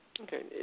Okay